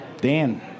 Dan